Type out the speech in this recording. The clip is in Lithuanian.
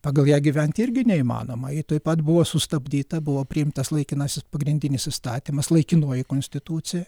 pagal ją gyventi irgi neįmanoma ji tuoj pat buvo sustabdyta buvo priimtas laikinasis pagrindinis įstatymas laikinoji konstitucija